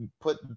put